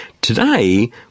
Today